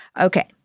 Okay